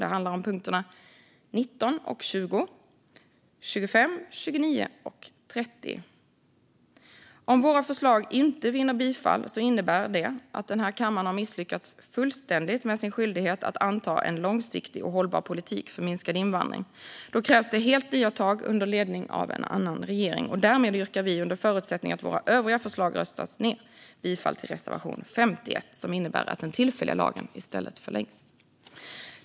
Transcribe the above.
Det handlar om punkterna 19 och 20, 25, 29 och 30. Om våra förslag inte vinner bifall innebär det att denna kammare har misslyckats fullständigt med sin skyldighet att anta en långsiktig och hållbar politik för minskad invandring. Då krävs det helt nya tag under ledning av en annan regering. Därmed yrkar vi, under förutsättning att våra övriga förslag röstas ned, bifall till reservation 51, som innebär att den tillfälliga lagen i stället förlängs.